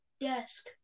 desk